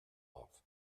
off